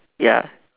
ya